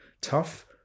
tough